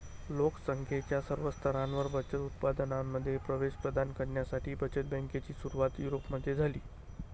लोक संख्येच्या सर्व स्तरांवर बचत उत्पादनांमध्ये प्रवेश प्रदान करण्यासाठी बचत बँकेची सुरुवात युरोपमध्ये झाली